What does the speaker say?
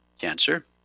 cancer